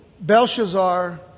Belshazzar